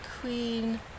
queen